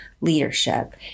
leadership